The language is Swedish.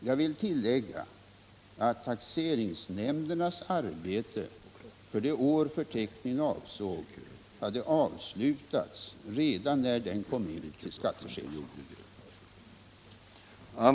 Jag vill tillägga att taxeringsnämndernas arbete för det år förteckningen avsåg hade avslutats redan när den kom in till skattechefen.